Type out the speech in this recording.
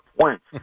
points